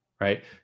right